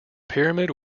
pyramid